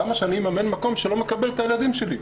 למה שאני אממן מקום שלא מקבל את הילדים שלי?